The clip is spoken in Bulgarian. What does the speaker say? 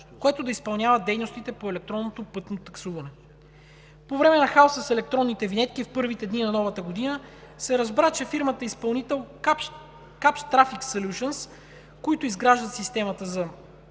което да изпълнява дейностите по електронното пътно таксуване. По време на хаоса с електронните винетки в първите дни на новата година се разбра, че фирмата изпълнител „Капш трафик солюшънс“, които изграждат системата за